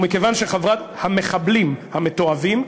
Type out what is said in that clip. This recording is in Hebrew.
המחבלים המתועבים.